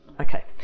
Okay